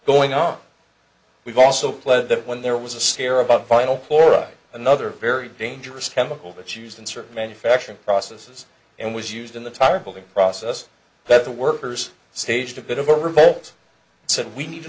going up we've also pledged that when there was a scare about vinyl chloride another very dangerous chemical that used in certain manufacturing processes and was used in the tire building process that the workers staged a bit of a revolt said we need to